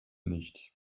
nicht